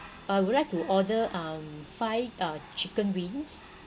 I would like to order um five uh chicken wings